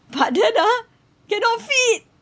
but then ah cannot fit